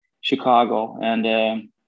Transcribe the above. Chicago—and